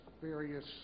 various